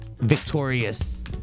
Victorious